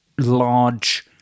large